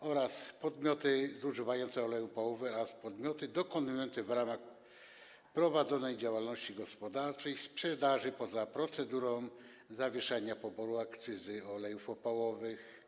Chodzi tu też o podmioty zużywające olej opałowy oraz podmioty dokonujące w ramach prowadzonej działalności gospodarczej sprzedaży poza procedurą zawieszania poboru akcyzy od olejów opałowych.